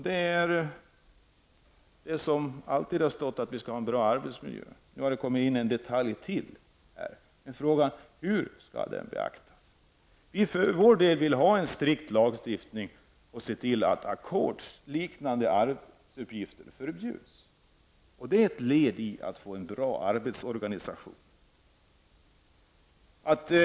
Det har även tidigare stått att vi skall ha en bra arbetsmiljö, men nu har ytterligare en detalj tillkommit, nämligen hur den skall beaktas. Vi i vänsterpartiet vill ha en strikt lagstiftning, så att man kan se till att ackordsliknande arbetsuppgifter förbjuds. Det är ett led i att få en bra arbetsorganisation.